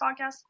podcast